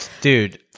Dude